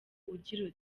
ugira